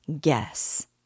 Guess